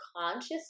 conscious